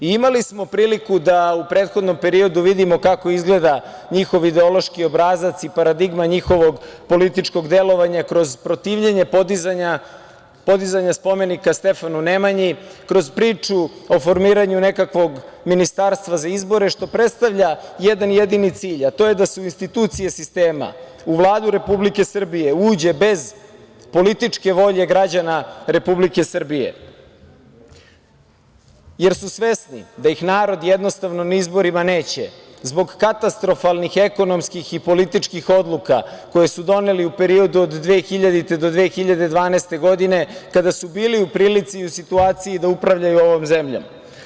Imali smo priliku da u prethodnom periodu vidimo kako izgleda njihov ideološki obrazac i paradigma njihovog političkog delovanja kroz protivljenje podizanja spomenika Stefanu Nemanji, kroz priču o formiranju nekakvog ministarstva za izbore, što predstavlja jedan jedini cilj, a to je da se u institucije sistema, u Vladu Republike Srbije, uđe bez političke volje građana Republike Srbije, jer su svesni da ih narod jednostavno na izborima neće, zbog katastrofalnih ekonomskih i političkih odluka koje su doneli u periodu od 2000. do 2012. godine, kada su bili u prilici i u situaciji da upravljaju ovom zemljom.